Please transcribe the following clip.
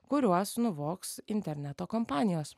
kuriuos nuvoks interneto kompanijos